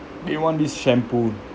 do you want this shampoo